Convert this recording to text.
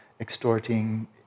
extorting